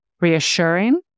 reassuring